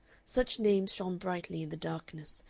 such names shone brightly in the darkness,